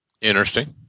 Interesting